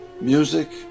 music